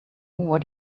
what